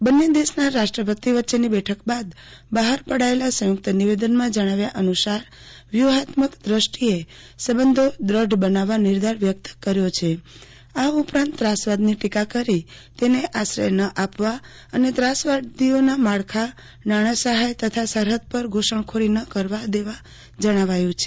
બન્ને દેશના રાષ્ટ્રપતિ વચ્ચૈની બેઠક બાદ બહાર પડાયેલા સંયુક્ત નિવેદનમાં જણાવ્યા અનુસાર વ્યૂહાત્મક દ્રષ્ટિએ સંબંધો દ્રઢ બનાવવા નિર્ધાર વ્યક્ત કર્યો છે આ ઉપરાંત ત્રાસવાદની ટીકા કરી તેને આશ્રય ન આપવા અને ત્રાસવાદીઓના માળખા નાણાં સહાય તથા સરહદ પર ધુસણખોરી ન કરવા દેવા જણાવ્યું છે